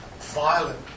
violent